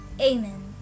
Amen